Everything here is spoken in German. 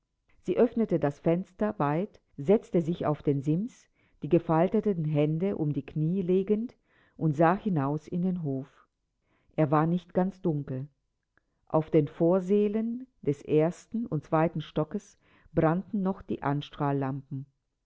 sie öffnete das fenster weit setzte sich auf den sims die gefalteten hände um die kniee legend und sah hinaus in den hof er war nicht ganz dunkel auf den vorsälen des ersten und zweiten stockes brannten noch die